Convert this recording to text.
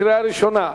קריאה ראשונה.